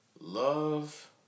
love